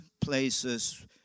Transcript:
places